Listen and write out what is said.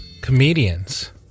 comedians